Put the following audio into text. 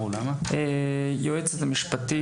היועצת המשפטית,